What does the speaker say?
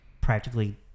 practically